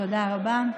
תודה רבה.